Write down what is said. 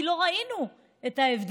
כי לא ראינו את ההבדל.